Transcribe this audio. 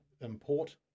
import